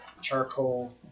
Charcoal